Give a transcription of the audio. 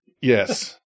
Yes